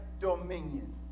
dominion